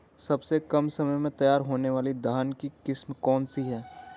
सबसे कम समय में तैयार होने वाली धान की किस्म कौन सी है?